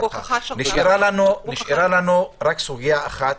נשארה לנו רק סוגיה אחת